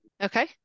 okay